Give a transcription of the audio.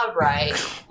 right